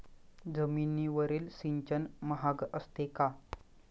जमिनीवरील सिंचन महाग असते का?